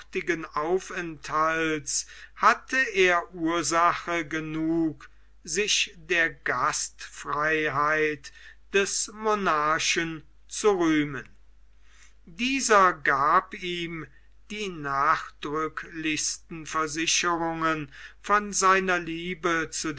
aufenthalts hatte er ursache genug sich der gastfreiheit des monarchen zu rühmen dieser gab ihm die nachdrücklichsten versicherungen von seiner liebe zu